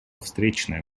встречная